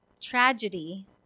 tragedy